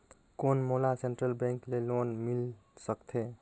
कौन मोला central bank ले लोन मिल सकथे?